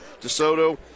DeSoto